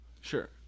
Sure